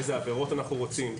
איזה עבירות אנחנו רוצים,